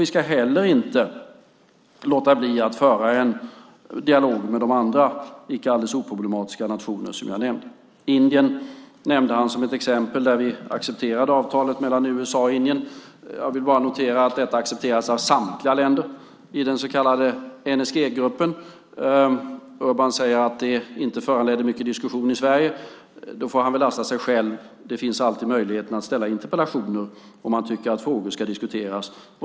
Vi ska inte heller låta bli att föra en dialog med de andra icke alldeles oproblematiska nationer som jag nämnt. Indien nämnde Urban som ett exempel på där vi accepterade avtalet mellan USA och Indien. Jag vill bara notera att detta accepteras av samtliga länder i den så kallade NSG-gruppen. Urban säger att det inte föranledde mycket diskussion i Sverige. Då får han väl lasta sig själv. Möjligheten finns alltid att ställa interpellationer om man tycker att frågor ska diskuteras.